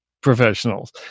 professionals